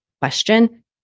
question